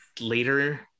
later